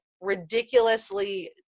ridiculously